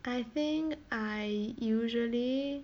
I think I usually